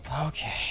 okay